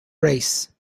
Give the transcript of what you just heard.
race